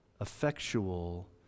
effectual